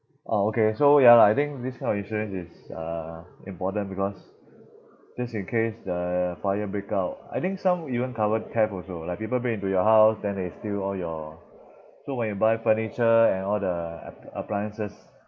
orh okay so ya lah I think this kind of insurance is uh important because just in case the fire break out I think some even cover theft also like people break into your house then they steal all your so when you buy furniture and all the ap~ appliances